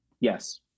Yes